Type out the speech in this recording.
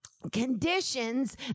Conditions